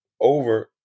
over